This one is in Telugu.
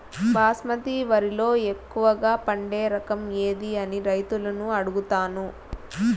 బాస్మతి వరిలో ఎక్కువగా పండే రకం ఏది అని రైతులను అడుగుతాను?